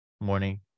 morning